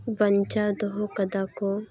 ᱵᱟᱧᱪᱟᱣ ᱫᱚᱦᱚ ᱠᱟᱫᱟ ᱠᱚ